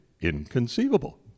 inconceivable